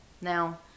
Now